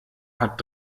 hat